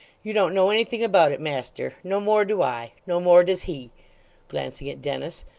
you don't know anything about it, master no more do i no more does he glancing at dennis.